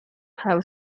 have